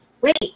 wait